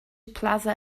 plaza